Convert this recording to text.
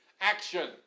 action